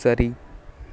சரி